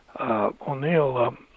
O'Neill